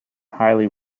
highly